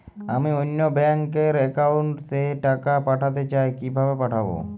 আমি অন্য ব্যাংক র অ্যাকাউন্ট এ টাকা পাঠাতে চাই কিভাবে পাঠাবো?